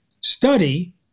study –